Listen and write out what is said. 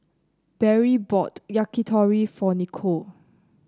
Beryl bought Yakitori for Nikole